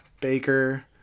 Baker